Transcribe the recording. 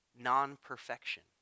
non-perfection